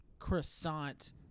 croissant